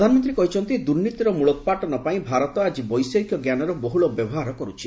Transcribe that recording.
ପ୍ରଧାନମନ୍ତ୍ରୀ କହିଛନ୍ତି ଦୁର୍ନୀତିର ମୂଳୋତ୍ପାଟନ ପାଇଁ ଭାରତ ଆଜି ବୈଷୟିକ ଜ୍ଞାନର ବହୁଳ ବ୍ୟବହାର କରୁଛି